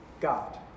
God